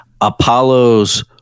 Apollo's